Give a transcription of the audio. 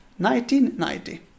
1990